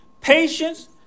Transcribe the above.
patience